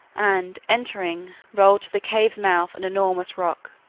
and, entering, rolled to the cave's mouth an enormous rock,